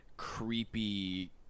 creepy